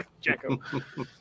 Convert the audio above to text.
Jacko